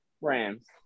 Rams